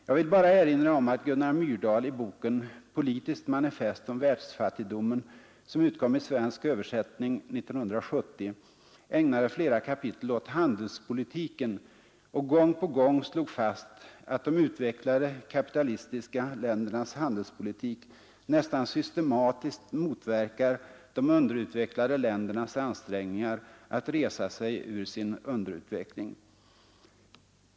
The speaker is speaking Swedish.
Jag vill bara erinra om att Gunnar Myrdal i boken Politiskt manifest om världsfattigdomen, som utkom i svensk översättning 1970, ägnade flera kapitel åt handelspolitiken och gång på gång slog fast att de utvecklade kapitalistiska ländernas handelspolitik nästan systematiskt motverkar de underutvecklade ländernas ansträngningar att resa sig ur sin underutveckling.